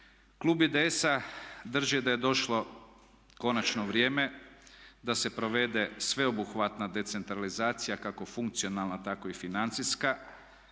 Klub IDS-a drži da je došlo konačno vrijeme da se provede sveobuhvatna decentralizacija kako funkcionalna, tako i financijska